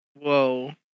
Whoa